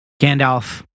Gandalf